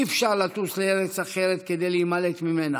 אי-אפשר לטוס לארץ אחרת כדי להימלט ממנה.